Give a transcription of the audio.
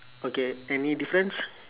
okay any difference